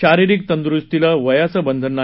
शारीरिक तंदुरूस्तीला वयाचं बंधन नाही